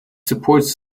supports